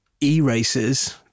e-racers